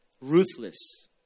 ruthless